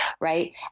right